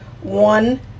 one